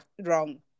wrong